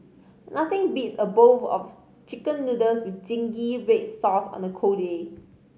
nothing beats a bowl of Chicken Noodles with zingy red sauce on a cold day